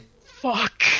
Fuck